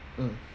mm